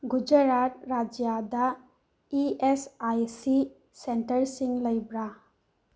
ꯒꯨꯖꯥꯔꯥꯠ ꯔꯥꯖ꯭ꯌꯥꯗ E S I C ꯁꯦꯟꯇꯔꯁꯤꯡ ꯂꯩꯕ꯭ꯔꯥ